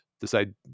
decide